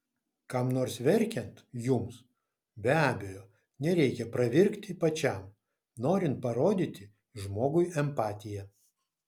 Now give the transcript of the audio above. kam nors verkiant jums be abejo nereikia pravirkti pačiam norint parodyti žmogui empatiją